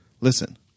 Listen